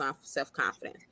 self-confidence